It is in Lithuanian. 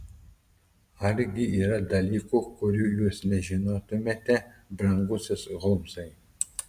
argi yra dalykų kurių jūs nežinotumėte brangusis holmsai